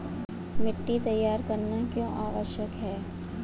मिट्टी तैयार करना क्यों आवश्यक है?